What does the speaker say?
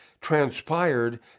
transpired